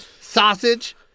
sausage